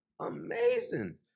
amazing